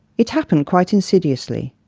it happened quite insidiously.